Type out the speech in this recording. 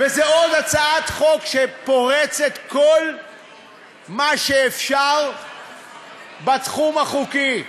וזו עוד הצעת חוק שפורצת כל מה שאפשר בתחום החוקי.